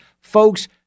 Folks